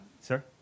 Sir